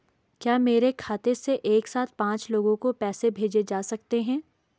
क्या मेरे खाते से एक साथ पांच लोगों को पैसे भेजे जा सकते हैं?